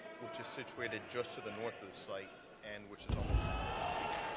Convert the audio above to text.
which is situated just to the north of the site and which is almost complete.